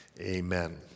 amen